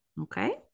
Okay